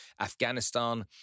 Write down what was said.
Afghanistan